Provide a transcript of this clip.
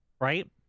right